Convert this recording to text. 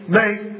make